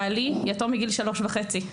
בעלי יתום מגיל שלוש וחצי,